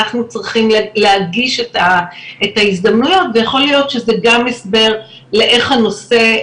אנחנו צריכים להנגיש את ההזדמנויות ויכול להיות שזה גם הסבר לאיך הנושא,